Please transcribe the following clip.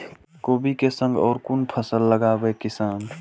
कोबी कै संग और कुन फसल लगावे किसान?